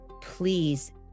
Please